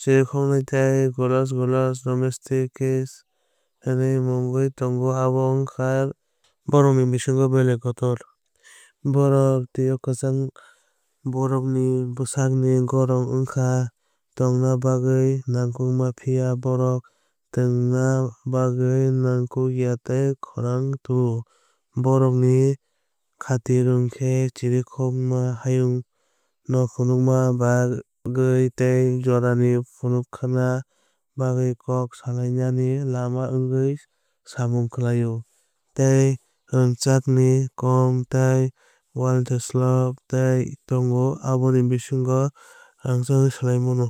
Chirikhokrok khe Gallus gallus domesticus hwnwi mungwi tongo abo wngkha borok ni bisingo kotor. Bohrok thwi kwchang bohrokni bwsakni goron wngkha thwngna bagwi nangkukma phiya bohrok thwngna bagwi nangkukya tei khorang tubuo. Bórokni khaitwrwng khe chirikhókma hayungno phunukna bagwi tei jorano phunukna bagwi kók salainani lama wngwi samung khlaio. Tei rangchakni comb tei wattlesbo tongo abo bwsakni rangchakno swlaiwi mano.